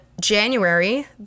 january